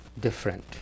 different